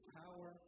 power